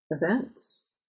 events